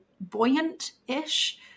buoyant-ish